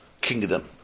kingdom